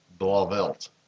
Blavelt